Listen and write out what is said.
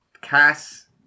Cass